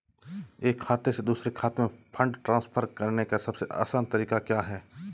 एक खाते से दूसरे खाते में फंड ट्रांसफर करने का सबसे आसान तरीका क्या है?